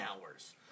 hours